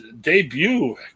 debut